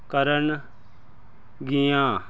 ਕਰਨਗੀਆ